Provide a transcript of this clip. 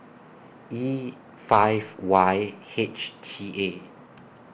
E five Y H T A